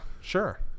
Sure